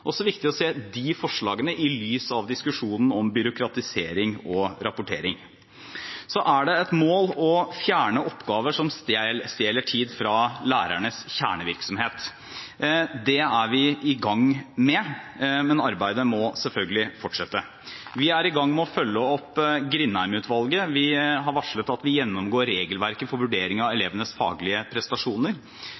viktig å se de forslagene i lys av diskusjonen om byråkratisering og rapportering. Så er det et mål å fjerne oppgaver som stjeler tid fra lærernes kjernevirksomhet. Det er vi i gang med, men arbeidet må selvfølgelig fortsette. Vi er i gang med å følge opp Grindheim-utvalget. Vi har varslet at vi gjennomgår regelverket for vurdering av elevenes faglige prestasjoner.